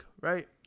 Right